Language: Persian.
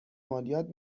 مالیات